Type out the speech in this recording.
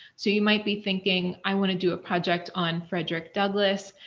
so, you might be thinking, i want to do a project on frederick douglass.